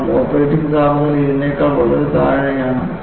കാരണം ഓപ്പറേറ്റിംഗ് താപനില ഇതിനേക്കാൾ വളരെ താഴെയാണ്